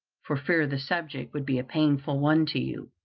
for fear the subject would be a painful one to you.